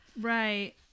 right